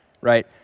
right